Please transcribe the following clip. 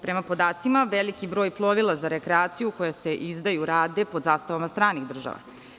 Prema podacima veliki broj plovila za rekreaciju koja se izdaju rade pod zastavama stranih država.